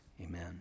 Amen